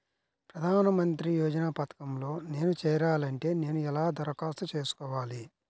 ప్రధాన మంత్రి యోజన పథకంలో నేను చేరాలి అంటే నేను ఎలా దరఖాస్తు చేసుకోవాలి?